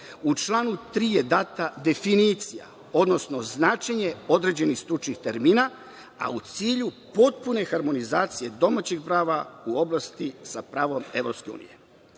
u članu 3. je data definicija, odnosno značenje određenih stručnih termina, a u cilju potpune harmonizacije domaćeg prava u oblasti sa pravom